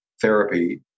therapy